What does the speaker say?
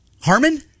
Harmon